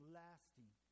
lasting